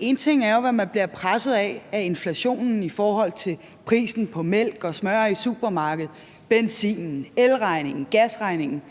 én ting er, hvad man bliver presset af af inflationen i forhold til prisen på mælk og smør i supermarkedet, på benzinen, elregningen og gasregningen,